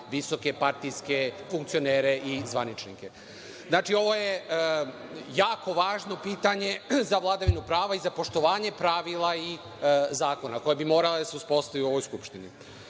visoke partijske funkcionere i zvaničnike? Znači, ovo je jako važno pitanje za vladavinu prava i za poštovanje pravila i zakona koja bi morala da se uspostave u ovoj Skupštini.